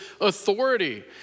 authority